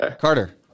Carter